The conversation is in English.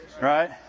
right